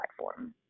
platform